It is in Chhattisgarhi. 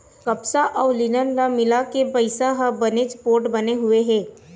कपसा अउ लिनन ल मिलाके बनाए पइसा ह बनेच पोठ बने हुए हे